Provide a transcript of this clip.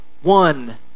one